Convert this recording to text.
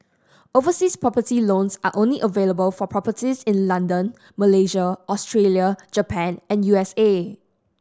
overseas property loans are only available for properties in London Malaysia Australia Japan and U S A